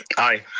aye.